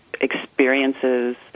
experiences